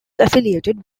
affiliated